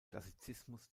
klassizismus